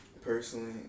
personally